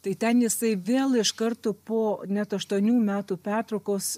tai ten jisai vėl iš karto po net aštuonių metų pertraukos